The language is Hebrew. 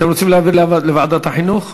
אתם רוצים להעביר לוועדת החינוך?